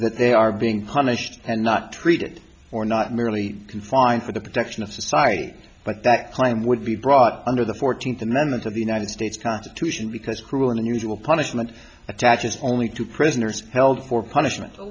that they are being punished and not treated or not merely confined for the protection of society but that claim would be brought under the fourteenth amendment of the united states constitution because cruel and unusual punishment attaches only to prisoners held for punishment